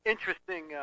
Interesting